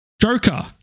Joker